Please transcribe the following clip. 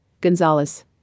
gonzalez